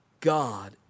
God